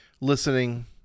listening